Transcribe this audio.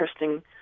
interesting